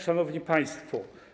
Szanowni Państwo!